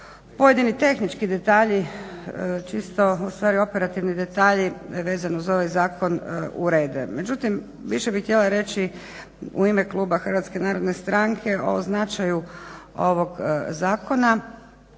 pojedini tehnički detalji. Ustvari operativni detalji vezano za ovaj zakon urede. Međutim više bih htjela reći u ime kluba HNS o značaju ovog zakona